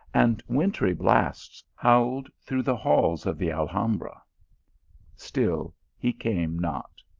and wintry blasts howled through the halls of the al hambra still he came not.